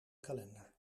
kalender